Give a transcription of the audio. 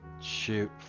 shoot